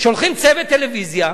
שולחים צוות טלוויזיה,